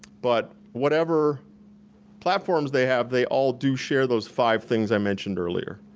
but whatever platforms they have, they all do share those five things i mentioned earlier.